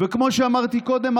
וכמו שאמרתי קודם,